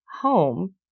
home